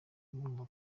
murumva